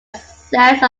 sense